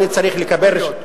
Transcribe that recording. אני צריך לקבל רשות,